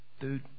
Dude